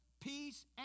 peace